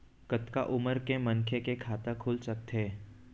कतका उमर के मनखे के खाता खुल सकथे?